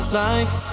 life